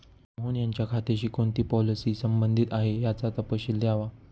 मोहन यांच्या खात्याशी कोणती पॉलिसी संबंधित आहे, याचा तपशील द्यावा